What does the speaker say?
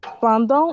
Pendant